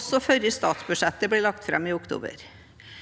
også før statsbudsjettet blir lagt fram i oktober.